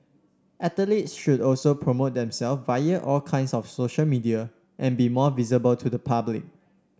athletes should also promote themself via all kinds of social media and be more visible to the public